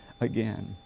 again